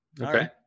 Okay